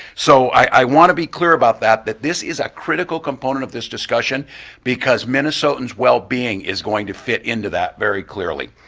so i want to be clear about that, that this is a critical component of this discussion because minnesotans' well being is going to fit into that very clearly.